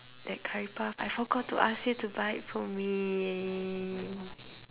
that curry puff I forgot to ask you to buy it for me